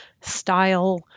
style